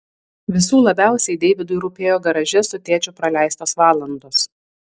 visų labiausiai deividui rūpėjo garaže su tėčiu praleistos valandos